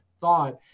thought